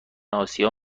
آسیا